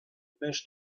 best